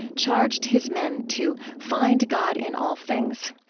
charged his men to find god in all things.